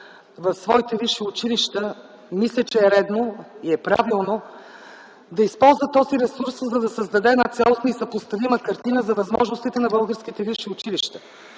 в своите висши училища мисля, че е редно и е правилно да използва този ресурс, за да създаде една цялостна и съпоставима картина за възможностите на българските висши училища.